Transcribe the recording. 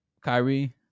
Kyrie